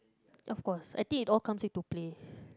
of course I think it all comes into play